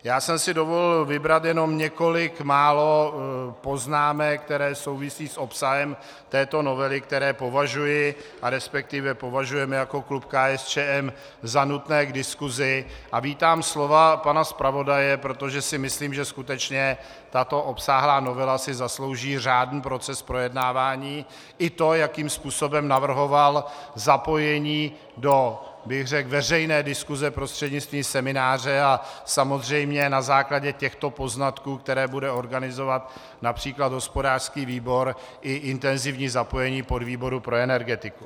Já jsem si dovolil vybrat jenom několik málo poznámek, které souvisí s obsahem této novely, které považuji, resp. považujeme jako klub KSČM za nutné k diskusi, a vítám slova pana zpravodaje, protože si myslím, že skutečně tato obsáhlá novela si zaslouží řádný proces projednávání, i to, jakým způsobem navrhoval zapojení do veřejné diskuse prostřednictvím semináře a samozřejmě na základě těchto poznatků, které bude organizovat například hospodářský výbor, i intenzivní zapojení podvýboru pro energetiku.